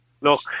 Look